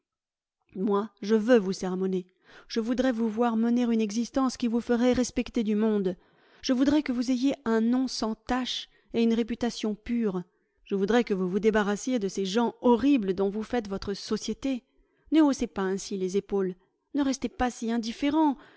moi je veux vous sermonner je voudrais vous voir mener une existence qui vous ferait respecter du monde je voudrais que vous ayez un nom sans tache et une réputation pure je voudrais que vous vous débarrassiez de ces gens horribles dont vous faites votre société ne haussez pas ainsi les épaules ne restez pas si indifférent